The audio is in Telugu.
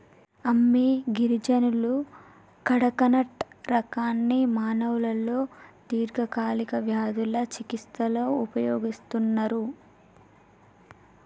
అమ్మి గిరిజనులు కడకనట్ రకాన్ని మానవులలో దీర్ఘకాలిక వ్యాధుల చికిస్తలో ఉపయోగిస్తన్నరు